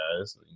guys